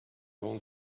want